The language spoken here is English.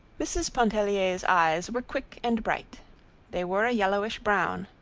mrs. pontellier's eyes were quick and bright they were a yellowish brown,